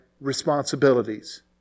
responsibilities